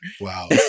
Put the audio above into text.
Wow